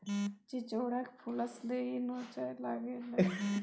चिचोढ़क फुलसँ देहि नोचय लागलै